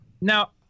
Now